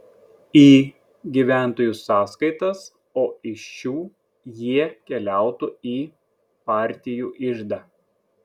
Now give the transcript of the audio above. į gyventojų sąskaitas o iš šių jie keliautų į partijų iždą